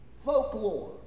folklore